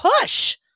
push